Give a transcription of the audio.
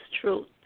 truth